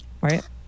right